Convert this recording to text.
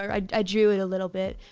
i drew it a little bit,